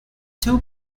two